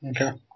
Okay